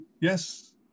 yes